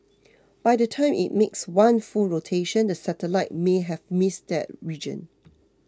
by the time it makes one full rotation the satellite may have missed that region